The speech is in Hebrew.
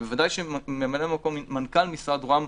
בוודאי שממלא מקום מנכ"ל משרד ראש הממשלה,